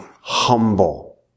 humble